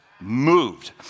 Moved